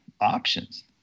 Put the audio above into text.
options